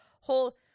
whole